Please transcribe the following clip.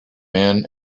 men